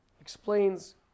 explains